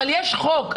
אבל יש חוק.